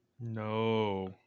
No